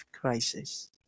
crisis